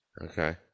Okay